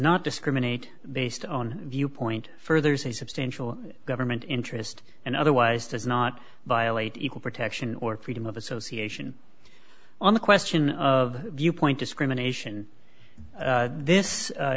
not discriminate based on viewpoint furthers a substantial government interest and otherwise does not violate equal protection or freedom of association on the question of viewpoint discrimination this